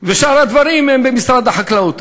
ושאר הדברים הם במשרד החקלאות.